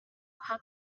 hug